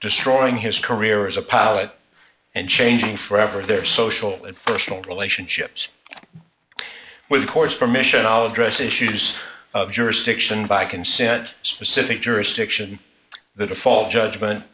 destroying his career as a pilot and changing forever their social and personal relationships with the court's permission i'll address issues of jurisdiction by consent specific jurisdiction the default judgment